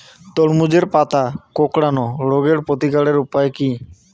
তরমুজের পাতা কোঁকড়ানো রোগের প্রতিকারের উপায় কী?